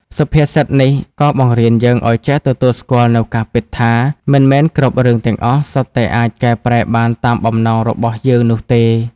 សុភាសិតនេះក៏បង្រៀនយើងឱ្យចេះទទួលស្គាល់នូវការពិតថា មិនមែនគ្រប់រឿងទាំងអស់សុទ្ធតែអាចកែប្រែបានតាមបំណងរបស់យើងនោះទេ។